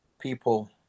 people